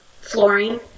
flooring